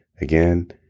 again